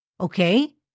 Okay